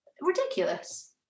ridiculous